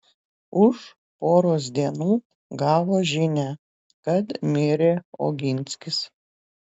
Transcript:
už poros dienų gavo žinią kad mirė oginskis